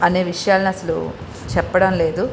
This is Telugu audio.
అనే విషయాలని అసలు చెప్పడం లేదు